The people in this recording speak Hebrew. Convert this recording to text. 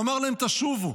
ואמר להם: שובו.